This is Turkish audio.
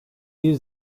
bir